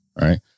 Right